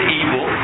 evil